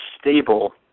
stable